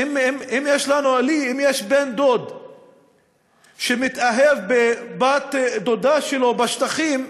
אם לי יש בן-דוד שמתאהב בבת-דודה שלו בשטחים,